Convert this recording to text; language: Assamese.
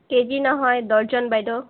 কেজি নহয় ডৰ্জন বাইদেউ